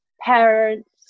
parents